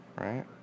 Right